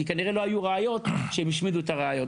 כנראה לא היו ראיות שהם השמידו את הראיות.